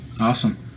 Awesome